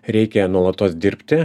reikia nuolatos dirbti